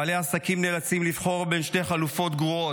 בעלי עסקים נאלצים לבחור בין שתי חלופות גרועות: